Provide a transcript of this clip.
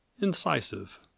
incisive